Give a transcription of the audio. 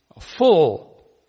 full